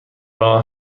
راه